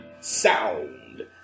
Sound